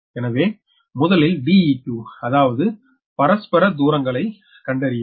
எனவே முதலில் Deq அதாவது பரஸ்பர தூரங்களை கண்டறியவும்